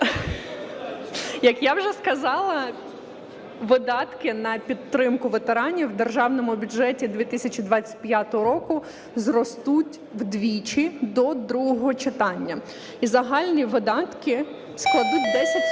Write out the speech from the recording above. Як я вже сказала, видатки на підтримку ветеранів в Державному бюджеті 2025 року зростуть вдвічі до другого читання. І загальні видатки складуть 10,5